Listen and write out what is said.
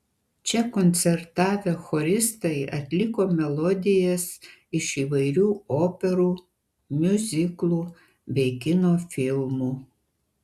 čia koncertavę choristai atliko melodijas iš įvairių operų miuziklų bei kino filmų